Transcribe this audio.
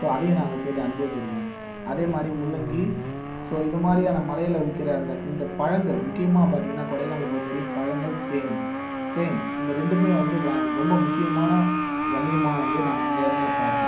so அதையும் நான் அங்கே போய்ட்டு அனுபவிச்சிருக்கேன் அதேமாதிரி முள்ளங்கி ஸோ இது மாதிரியான மலையில் விற்கிற அந்த இந்தப் பழங்கள் முக்கியமாக பார்த்தீங்கன்னா கொடைக்கானல் பொறுத்தவரையும் பழங்கள் தேனீ தேன் இந்த ரெண்டுமே வந்து ரொம்ப முக்கியமான வணிகமாக வந்து நான் இந்த இடத்துல பாக்குறேன்